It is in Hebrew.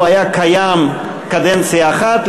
הוא היה קיים קדנציה אחת,